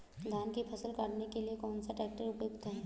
धान की फसल काटने के लिए कौन सा ट्रैक्टर उपयुक्त है?